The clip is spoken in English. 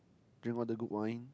drink all the good wine